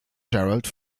gerald